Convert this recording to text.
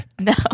no